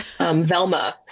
Velma